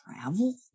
travel